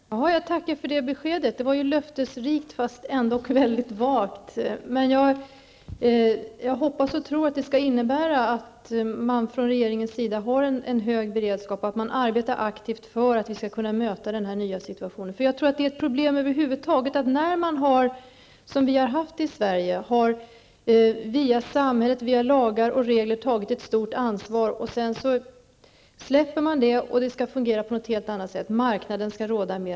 Fru talman! Jag tackar för beskedet. Det var löftesrikt trots att det var mycket vagt. Jag hoppas och tror att det innebär att regeringen har en hög beredskap och att den arbetar aktivt för att möta den nya situationen. Jag tror att det över huvud taget är ett problem. I Sverige har samhället genom lagar och regler tagit ett stort ansvar. Sedan släpper man det hela, det skall fungera på ett helt annat sätt. Marknaden skall råda mera.